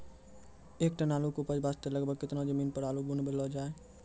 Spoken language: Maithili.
एक टन आलू के उपज वास्ते लगभग केतना जमीन पर आलू बुनलो जाय?